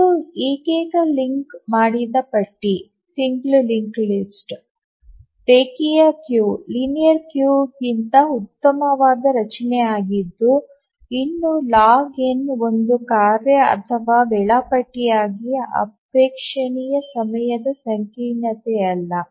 ಇದು ಏಕೈಕ ಲಿಂಕ್ ಮಾಡಿದ ಪಟ್ಟಿ ರೇಖೀಯ ಕ್ಯೂಗಿಂತ ಉತ್ತಮವಾದ ರಚನೆಯಾಗಿದ್ದರೂ ಇನ್ನೂ ಲಾಗ್ ಎನ್ log n ಒಂದು ಕಾರ್ಯ ಅಥವಾ ವೇಳಾಪಟ್ಟಿಗಾಗಿ ಅಪೇಕ್ಷಣೀಯ ಸಮಯದ ಸಂಕೀರ್ಣತೆಯಲ್ಲ